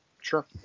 Sure